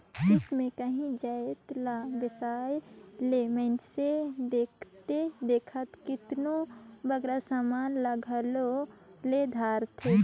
किस्त में कांही जाएत ला बेसाए ले मइनसे देखथे देखत केतनों बगरा समान ल घलो ले धारथे